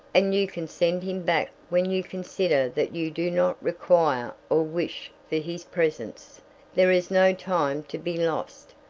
and you can send him back when you consider that you do not require or wish for his presence there is no time to be lost,